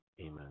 Amen